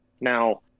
now